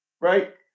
right